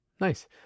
Nice